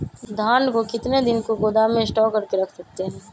धान को कितने दिन को गोदाम में स्टॉक करके रख सकते हैँ?